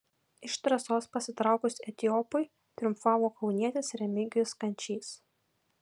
iš trasos pasitraukus etiopui triumfavo kaunietis remigijus kančys